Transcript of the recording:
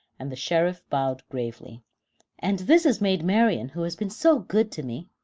and the sheriff bowed gravely and this is maid marian, who has been so good to me.